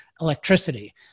Electricity